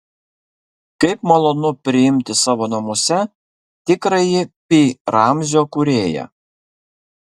kaip malonu priimti savo namuose tikrąjį pi ramzio kūrėją